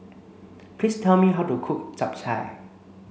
please tell me how to cook Japchae